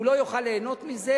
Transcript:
הוא לא יוכל ליהנות מזה,